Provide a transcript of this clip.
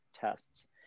tests